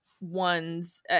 ones